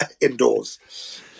indoors